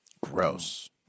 Gross